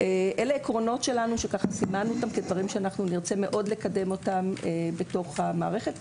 אלה עקרונות שלנו שסימנו אותם כדברים שנרצה מאוד לקדם בתוך המערכת.